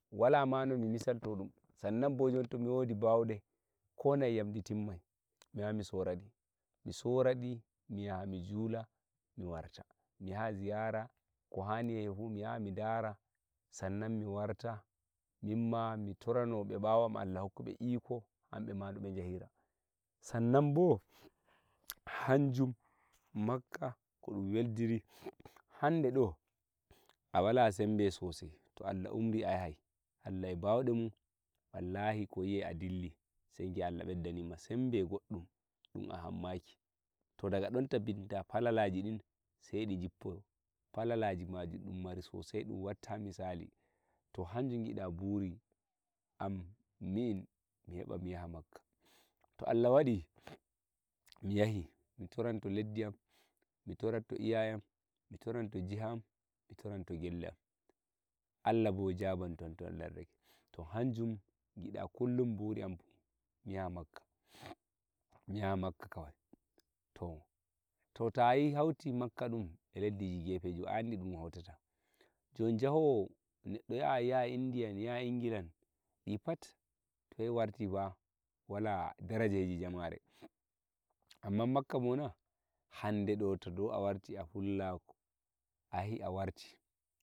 wala no mi misalto ɗum san nan bo jon to wodi bauɗe ko na'i am to ɗi timmai mi wawai mi soraɗi mi soradi miyaha mi jula mi warta mi yaha ziyara ko hani fu mi ya mi ndara sannan miwarta mimma mi torono be ɓawo am Allah hokku ɓe iko hamɓema noɓe jahira sannan bo hanjum makkah ko weldiri dum hande ɗo a wala sembe sosai to Allah windi a yahai allah a bawude mun wallahi ko yi e a dilli sai giya Allah bedda nima sembe goddum ɗum a hammaki to daga don tabbitinta falala ji ɗin sai ɗi jippo falalaji maji ɗum mari sosai ɗum watta misali to hanjum gida buri am min mi heɓa mi yaha makkah to Allah waɗi mi yahi toronto leddi am mi toronto iyaye am mi toronto jiha am mi toronto gelle am Allah bo jabonto yam to Allah yardake to hanjum gida kullum buri am mi yaha mmakkah mi ya makka kawai to ta yahi hauti makka dum a leddiji gefeji a andi ɗum hautata jon jahowo neɗɗo yaha India Ingila en di pat to yahi warti fa wala darajeji jamare amman makkah bona hande ɗo to de a warti a fullako a yahi a warti